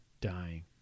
dying